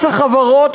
מס החברות,